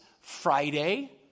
Friday